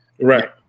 Right